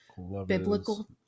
biblical